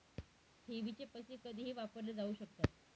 ठेवीचे पैसे कधीही वापरले जाऊ शकतात